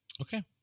Okay